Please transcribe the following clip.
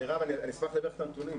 מירב, אני אשמח לתת לך את הנתונים.